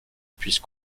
peut